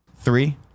Three